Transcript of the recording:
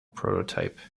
prototype